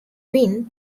win